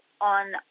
on